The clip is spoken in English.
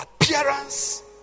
appearance